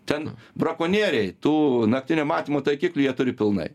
ten brakonieriai tų naktinio matymo taikiklių jie turi pilnai